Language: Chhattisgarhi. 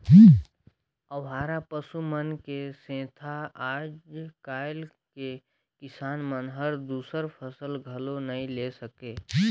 अवारा पसु मन के सेंथा आज कायल के किसान मन हर दूसर फसल घलो नई ले सके